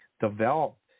developed